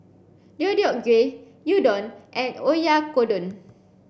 Deodeok Gui Udon and Oyakodon